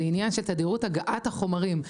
זה עניין של תדירות הגעת החומרים.